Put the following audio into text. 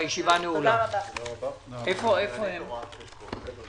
אין הצעת אישור השקעה בהון מניות,